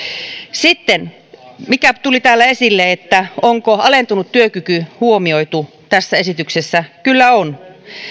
sitten mikä tuli täällä esille onko alentunut työkyky huomioitu tässä esityksessä kyllä on